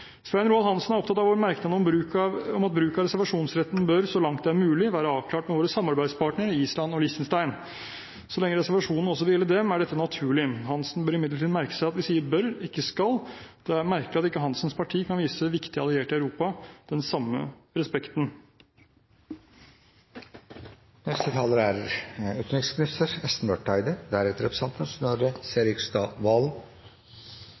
Svein Roald Hansen er opptatt av vår merknad om at bruk av reservasjonsretten så langt det er mulig bør være avklart med våre samarbeidspartnere Island og Liechtenstein. Så lenge reservasjonen også gjelder dem, er dette naturlig. Representanten Hansen bør imidlertid merke seg at vi sier «bør», ikke «skal». Det er merkelig at representanten Hansens parti ikke viser viktige allierte i Europa den samme respekten. Jeg føler behov for å kommentere et par av de tingene som er